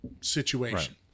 situation